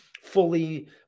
fully